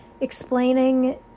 explaining